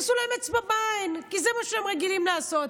עשו להם אצבע בעין, כי זה מה שהם רגילים לעשות.